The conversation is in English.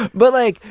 but like,